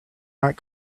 not